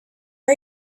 are